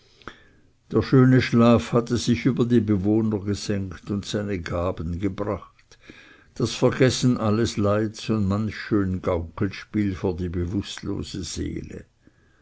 der schöne schlaf hatte sich über die bewohner gesenkt und seine gaben gebracht das vergessen alles leids und manch schön gaukelspiel vor die bewußtlose seele